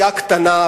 סיעה קטנה,